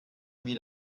wie